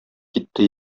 китте